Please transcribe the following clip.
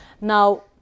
Now